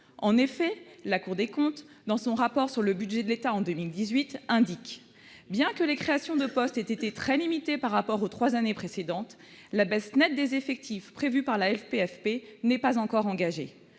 En effet, la Cour des comptes, dans son rapport sur le budget de l'État en 2018, indique :« Bien que les créations de postes aient été très limitées par rapport aux trois années précédentes [...], la baisse nette des effectifs [...] prévue par la LPFP n'est pas encore engagée.